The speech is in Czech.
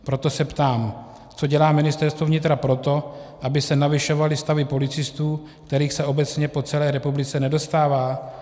Proto se ptám, co dělá Ministerstvo vnitra pro to, aby se navyšovaly stavy policistů, kterých se obecně po celé republice nedostává.